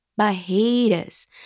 Barreiras